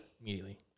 immediately